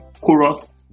chorus